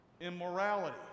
immorality